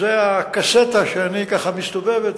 זו הקסטה שככה מסתובבת,